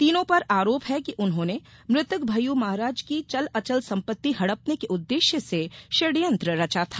तीनो पर आरोप है कि उन्होंने मृतक भय्यू महाराज की चल अचल संपत्ति हड़पने के उद्देश्य से षड्यंत्र रचा था